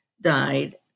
died